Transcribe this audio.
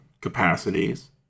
capacities